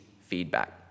feedback